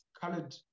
colored